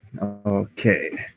Okay